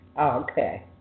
Okay